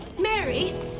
Mary